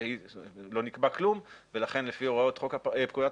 לא נקבע כלום ולכן לפי הוראות פקודת